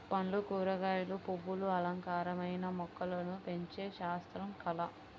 పండ్లు, కూరగాయలు, పువ్వులు అలంకారమైన మొక్కలను పెంచే శాస్త్రం, కళ